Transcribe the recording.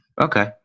okay